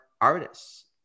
artists